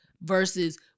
versus